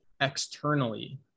externally